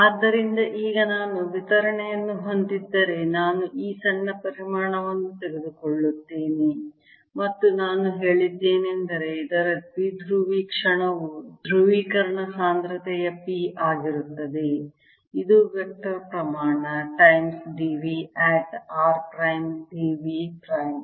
ಆದ್ದರಿಂದ ಈಗ ನಾನು ವಿತರಣೆಯನ್ನು ಹೊಂದಿದ್ದರೆ ನಾನು ಈ ಸಣ್ಣ ಪರಿಮಾಣವನ್ನು ತೆಗೆದುಕೊಳ್ಳುತ್ತೇನೆ ಮತ್ತು ನಾನು ಹೇಳಿದ್ದೇನೆಂದರೆ ಇದರ ದ್ವಿಧ್ರುವಿ ಕ್ಷಣವು ಧ್ರುವೀಕರಣ ಸಾಂದ್ರತೆಯ P ಆಗಿರುತ್ತದೆ ಇದು ವೆಕ್ಟರ್ ಪ್ರಮಾಣ times d v at r prime d v prime